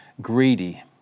greedy